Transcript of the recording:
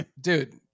Dude